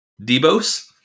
DeBose